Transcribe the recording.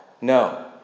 No